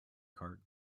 cart